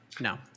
no